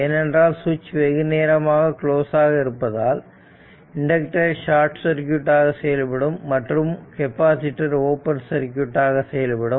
ஏனென்றால் சுவிட்ச் வெகுநேரமாக க்ளோஸ் ஆக இருப்பதால் இண்டக்டர் ஷார்ட் சர்க்யூட் ஆக செயல்படும் மற்றும் கெப்பாசிட்டர் ஓபன் சர்க்யூட் ஆக செயல்படும்